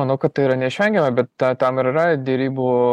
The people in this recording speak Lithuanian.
manau kad tai yra neišvengiama bet tam ir yra derybų